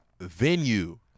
venue